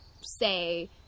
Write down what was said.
say